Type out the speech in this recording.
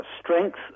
strength